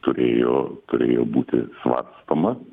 turėjo turėjo būti svarstoma